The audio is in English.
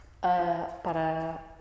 para